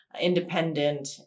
independent